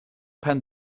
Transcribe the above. pen